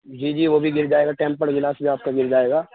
جی جی وہ بھی مل جائے گا ٹیمپرڈ گلاس بھی آپ کا مل جائے گا